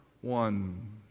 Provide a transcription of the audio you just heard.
one